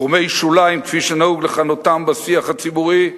גורמי שוליים, כפי שנהוג לכנותם בשיח הציבורי,